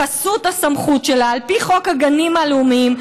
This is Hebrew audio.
בחסות הסמכות שלה על פי חוק הגנים הלאומיים,